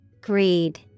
Greed